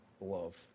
love